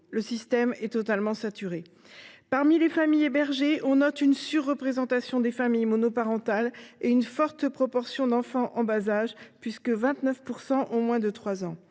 Le système est totalement saturé. Parmi les familles hébergées, on note une surreprésentation des familles monoparentales, ainsi qu’une forte proportion d’enfants en bas âge, puisque 29 % des enfants